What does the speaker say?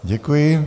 Děkuji.